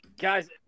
guys